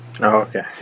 okay